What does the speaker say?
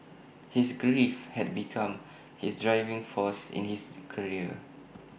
his grief had become his driving force in his career